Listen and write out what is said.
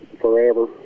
forever